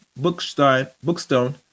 Bookstone